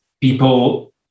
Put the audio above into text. people